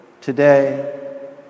today